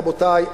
רבותי,